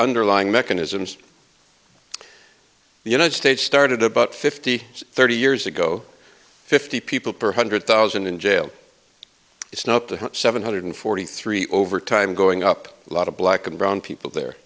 underlying mechanisms the united states started about fifty thirty years ago fifty people per hundred thousand in jail it's now up to seven hundred forty three over time going up a lot of black and brown people there